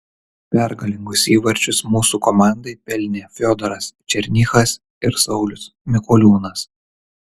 pergalingus įvarčius mūsų komandai pelnė fiodoras černychas ir saulius mikoliūnas